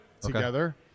together